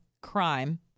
crime